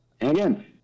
again